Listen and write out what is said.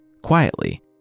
quietly